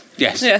Yes